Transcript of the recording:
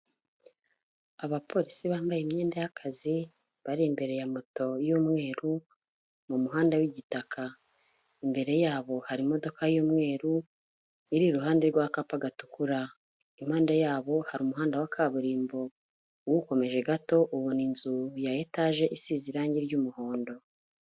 Abapolisi bambaye imyenda y'akazi, bari imbere ya moto y'umweru mu muhanda w'igitaka, imbere yabo hari imodoka y'umweru iri iruhande rw'akapa gatukura, impande yabo hari umuhanda wa kaburimbo, uwukomeje gato ubona inzu ya etaje isize irangi ry'umuhondo.